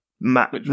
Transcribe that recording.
Matt